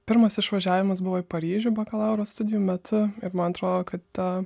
pirmas išvažiavimas buvo į paryžių bakalauro studijų metu ir man atrodo kad